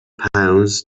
pounds